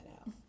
out